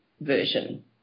version